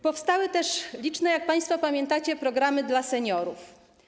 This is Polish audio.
Powstały też liczne, jak państwo pamiętacie, programy dla seniorów.